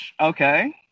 okay